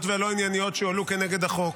והלא-ענייניות שהועלו כנגד החוק.